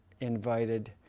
invited